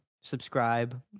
subscribe